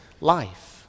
life